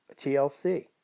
TLC